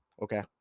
Okay